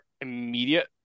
immediate